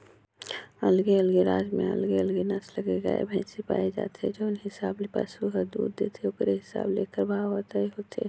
अलगे अलगे राज म अलगे अलगे नसल के गाय, भइसी पाए जाथे, जउन हिसाब ले पसु ह दूद देथे ओखरे हिसाब ले एखर भाव हर तय होथे